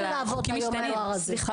אבל החוק משתנה.